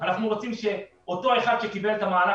אנחנו רוצים שאותו אחד שקיבל את מענק